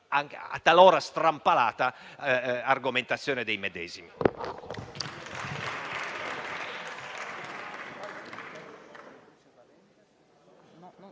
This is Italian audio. talora strampalata argomentazione dei medesimi.